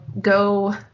go